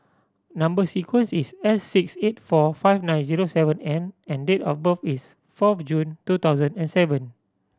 number sequence is S six eight four five nine zero seven N and date of birth is fourth June two thousand and seven